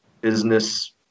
business